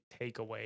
takeaway